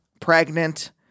Pregnant